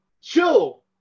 chill